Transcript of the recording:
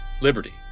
liberty